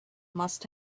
must